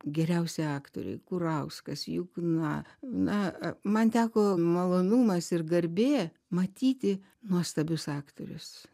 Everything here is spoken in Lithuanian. geriausi aktoriai kurauskas jukna na man teko malonumas ir garbė matyti nuostabius aktorius